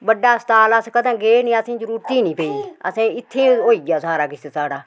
बड्डे अस्पताल अस कदै गे नी असें जरूरत नी पेई असें इत्थें ही होई गेआ सारा किश साढ़ा